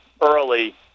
early